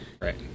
Right